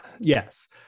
yes